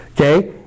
okay